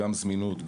זמינות,